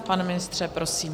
Pane ministře, prosím.